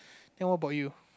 then what about you